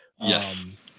Yes